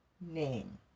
name